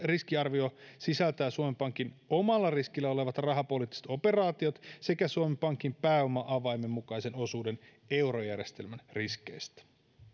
riskiarvio sisältää suomen pankin omalla riskillä olevat rahapoliittiset operaatiot sekä suomen pankin pääoma avaimen mukaisen osuuden eurojärjestelmän riskeistä